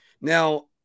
Now